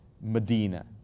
Medina